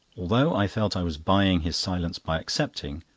although i felt i was buying his silence by accepting,